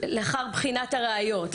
לאחר בחינת הראיות,